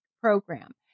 program